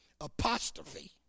apostrophe